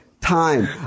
time